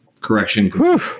Correction